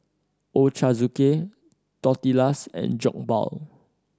Ochazuke Tortillas and Jokbal